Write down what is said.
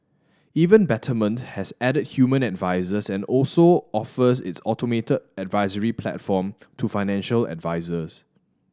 even Betterment has added human advisers and also offers its automated advisory platform to financial advisers